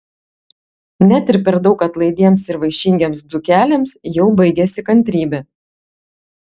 net ir per daug atlaidiems ir vaišingiems dzūkeliams jau baigiasi kantrybė